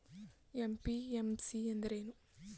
MPMC ಎಂದರೇನು?